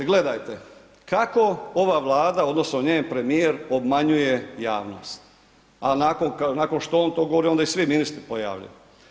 Gledajte, kako ova Vlada odnosno njen premijer obmanjuje javnost, a nakon što on to govori, onda i svi ministri ponavljaju.